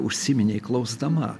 užsiminei klausdama